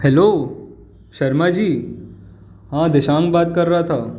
hello Sharma ji हाँ देशांक बात कर रहा था